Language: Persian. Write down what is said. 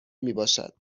میباشد